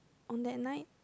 on that night